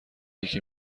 یکی